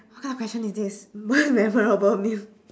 what kind of question is this most memorable meal